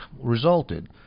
resulted